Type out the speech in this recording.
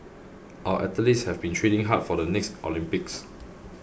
our athletes have been training hard for the next Olympics